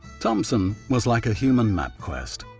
thompson was like a human map-quest.